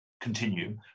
continue